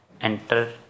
enter